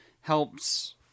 helps